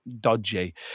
dodgy